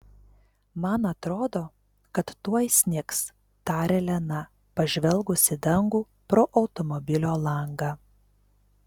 man atrodo kad tuoj snigs tarė lena pažvelgus į dangų pro automobilio langą